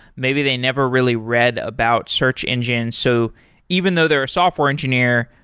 maybe they never really read about search engine, so even though they're a software engineer,